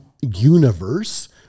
universe